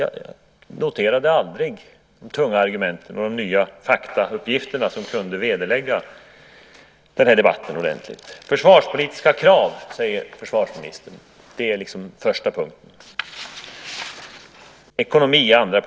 Jag noterade aldrig de tunga argument och de nya faktauppgifter som kunde vederlägga den här debatten ordentligt. Försvarspolitiska krav, säger försvarsministern. Det är första punkten, ekonomin den andra.